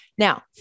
Now